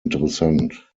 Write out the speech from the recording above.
interessant